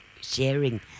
sharing